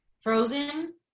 frozen